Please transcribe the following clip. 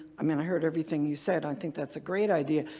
i mean, i heard everything you said. i think that's a great idea.